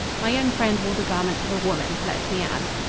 my young friend wore the garments of a woman, let me add.